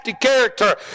character